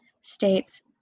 states